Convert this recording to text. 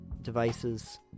devices